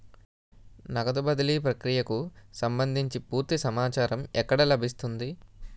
నగదు బదిలీ ప్రక్రియకు సంభందించి పూర్తి సమాచారం ఎక్కడ లభిస్తుంది?